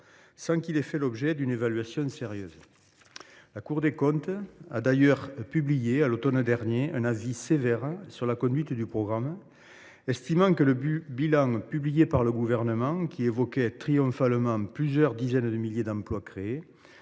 sans qu’il ait fait l’objet d’une évaluation sérieuse. La Cour des comptes a d’ailleurs publié, à l’automne dernier, un avis sévère sur la conduite du programme, estimant que le bilan publié par le Gouvernement, qui évoquait triomphalement plusieurs dizaines de milliers d’emplois créés,